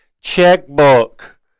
checkbook